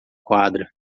quadra